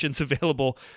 available